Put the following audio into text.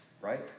right